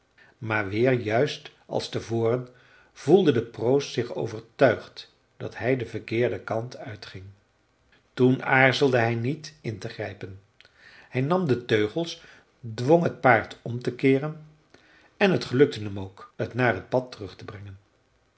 maar weer juist als te voren voelde de proost zich overtuigd dat hij den verkeerden kant uitging toen aarzelde hij niet in te grijpen hij nam de teugels dwong het paard om te keeren en het gelukte hem ook het naar het pad terug te brengen